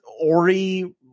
Ori